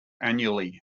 annually